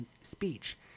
speech